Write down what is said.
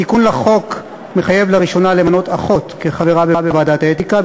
התיקון לחוק מחייב לראשונה למנות אחות לחברה בוועדת האתיקה.